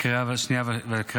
אושרה בקריאה ראשונה ותעבור